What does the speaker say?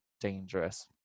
dangerous